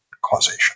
causation